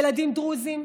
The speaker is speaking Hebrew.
ילדים דרוזים,